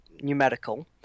numerical